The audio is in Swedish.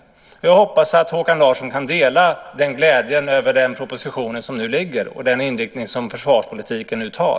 Jag hoppas att Håkan Larsson kan dela glädjen över den proposition som nu ligger och den inriktning som försvarspolitiken nu tar.